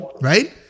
right